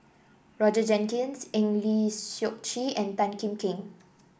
Roger Jenkins Eng Lee Seok Chee and Tan Kim Seng